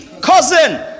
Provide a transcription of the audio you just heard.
cousin